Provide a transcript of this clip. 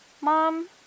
Mom